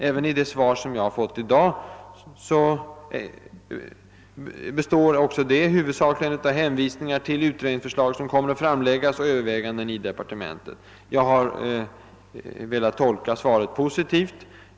Även det svar jag har fått i dag består huvudsakligen av hänvisningar till utredningsförslag som kommer att framläggas och till överväganden som pågår inom departementet. Jag har velat tolka svaret positivt.